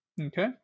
okay